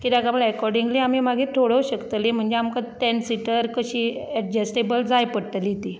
कित्याक अकॉडिंगली आमी मागीर थारावंक शकतलीं म्हणजे आमकां टॅन सीटर कशी एडजस्टेबल जाय पडटली ती